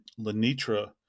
Lenitra